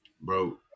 Bro